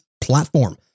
platform